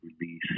release